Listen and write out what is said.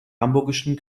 hamburgischen